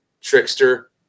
Trickster